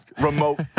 Remote